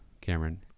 Cameron